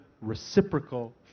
reciprocal